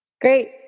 Great